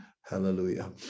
Hallelujah